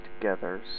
together